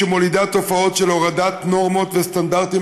שמולידה תופעות של הורדת נורמות וסטנדרטים